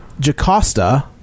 Jacosta